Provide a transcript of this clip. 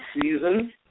season